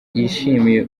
yishimiye